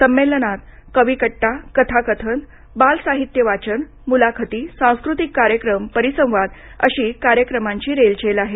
संमेलनात कवी कट्टा कथाकथन बाल साहित्य वाचन मुलाखती सांस्कृतिक कार्यक्रम परिसंवाद अशी कार्यक्रमांची रेलचेल आहे